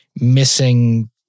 missing